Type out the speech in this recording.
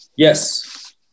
Yes